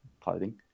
clothing